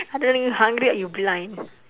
I don't know you hungry or you blind